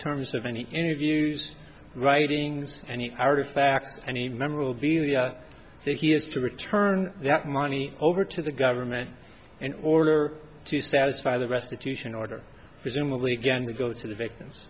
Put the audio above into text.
terms of any interviews writings any artifacts any memorabilia that he has to return that money over to the government in order to satisfy the restitution order presumably again to go to the victims